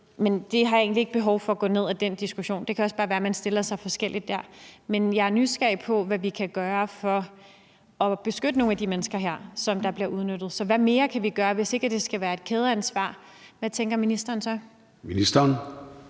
Men jeg har egentlig ikke behov for at gå mere ind i den diskussion. Det kan også bare være, at man stiller sig forskelligt dér. Men jeg er nysgerrig på, hvad vi kan gøre for at beskytte nogle af de her mennesker, som bliver udnyttet. Så hvad mere kan vi gøre? Hvis ikke det skal være det med kædeansvar, hvad tænker ministeren så? Kl.